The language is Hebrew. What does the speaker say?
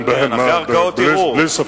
בלי ספק.